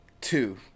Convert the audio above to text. two